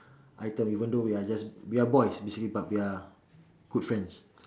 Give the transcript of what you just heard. item even though we are just we are boys basically but we are good friends